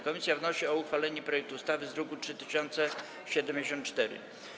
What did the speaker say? Komisja wnosi o uchwalenie projektu ustawy z druku nr 3074.